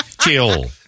Chill